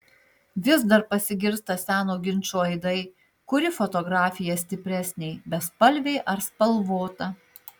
vis dar pasigirsta seno ginčo aidai kuri fotografija stipresnė bespalvė ar spalvota